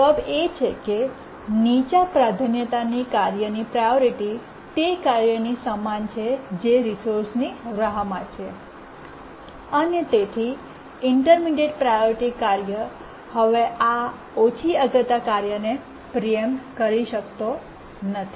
જવાબ એ છે નીચા પ્રાધાન્યતાની કાર્યની પ્રાયોરિટી તે કાર્યની સમાન છે કે જે રિસોર્સની રાહમાં છે અને તેથી ઇન્ટર્મીડિએટ્ પ્રાયોરિટી કાર્ય હવે આ ઓછી અગ્રતા કાર્યને પ્રીએમ્પ્ટ કરી શકતો નથી